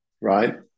Right